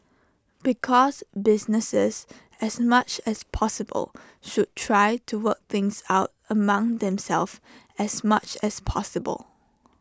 because businesses as much as possible should try to work things out among themselves as much as possible